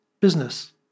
business